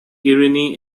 irene